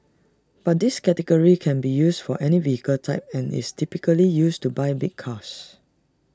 but this category can be used for any vehicle type and is typically used to buy big cars